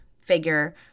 figure